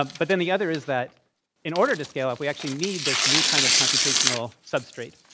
but then the other is that in order to scale up, we actually need this new kind of computational substrate.